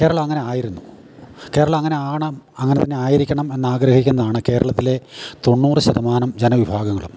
കേരളം അങ്ങനെ ആയിരുന്നു കേരളം അങ്ങനെ ആണ് അങ്ങനെ തന്നെ ആയിരിക്കണം എന്ന് ആഗ്രഹിക്കുന്നാണ് കേരളത്തിലെ തൊണ്ണൂറ് ശതമാനം ജനവിഭാഗങ്ങളും